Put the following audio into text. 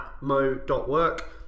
mo.work